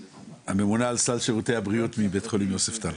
הממונה על סל שירותי בריאות בבית החולים יוספטל,